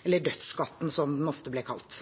eller dødsskatten, som den ofte ble kalt